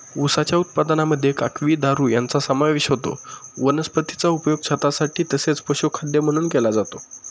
उसाच्या उत्पादनामध्ये काकवी, दारू यांचा समावेश होतो वनस्पतीचा उपयोग छतासाठी तसेच पशुखाद्य म्हणून केला जातो